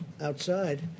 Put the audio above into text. outside